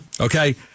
okay